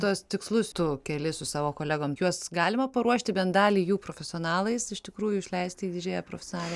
tuos tikslus tu keli su savo kolegom juos galima paruošti bent dalį jų profesionalais iš tikrųjų išleisti į didžiąją profesionalią